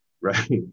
right